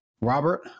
Robert